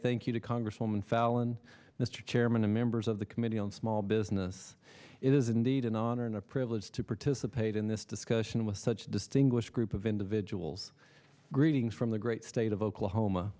thank you to congresswoman fallon mr chairman and members of the committee on small business it is indeed an honor and a privilege to participate in this discussion with such distinguished group of individuals greetings from the great state of oklahoma